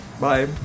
Bye